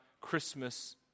Christmas